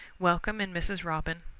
welcome and mrs. robin,